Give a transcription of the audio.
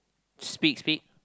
speak speak